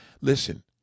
Listen